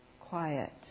quiet